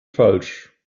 falsch